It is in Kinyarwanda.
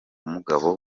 mugabo